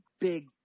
big